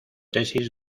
tesis